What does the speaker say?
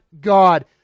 God